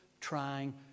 trying